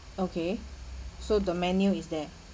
okay so the menu is there